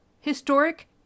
historic